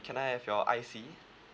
and can I have your I_C